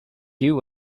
you